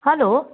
hello